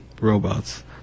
robots